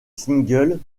single